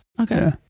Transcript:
Okay